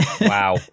Wow